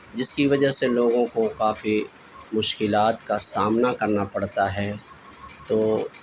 جس کی وجہ سے لوگوں کو کافی مشکلات کا سامنا کرنا پڑتا ہے تو